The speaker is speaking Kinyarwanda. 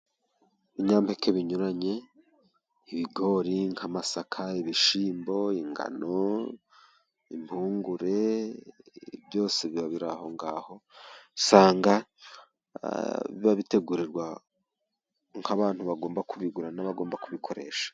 Ibinyampeke binyuranye; ibigori nk'amasaka, ibishyimbo, ingano, impungure, byose biba biri aho ngaho. Usanga biba bitegurirwa nk'abantu bagomba kubigura n'bagomba kubikoresha.